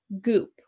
Goop